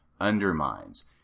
undermines